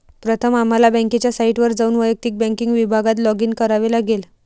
प्रथम आम्हाला बँकेच्या साइटवर जाऊन वैयक्तिक बँकिंग विभागात लॉगिन करावे लागेल